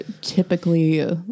typically